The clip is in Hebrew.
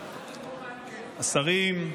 השרים,